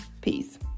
Peace